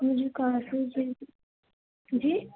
مجھے کافی دِن سے جی